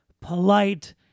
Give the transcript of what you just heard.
polite